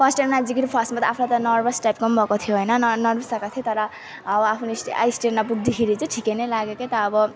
first time नाच्दाखेरी first time आफ्नो त नर्भस टाइपको पनि भएको थियो हैन नर्भस भएको थियो तर अब आफ्नो स्टे स्ट्यान्डमा पुग्दाखेरि चाहिँ ठिकै नै लाग्यो के त अब